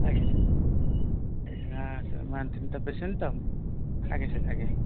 ଆଜ୍ଞା ସାର୍ ତ ପେସେଣ୍ଟ୍ ତ ଆଜ୍ଞା ସାର୍ ଆଜ୍ଞା